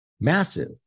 massive